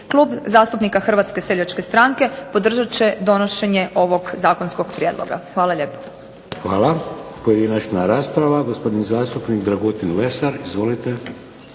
Klub zastupnika Hrvatske seljačke stranke podržat će donošenje ovog zakonskog prijedloga. Hvala lijepa. **Šeks, Vladimir (HDZ)** Hvala. Pojedinačna rasprava. Gospodin zastupnik Dragutin Lesar. Izvolite.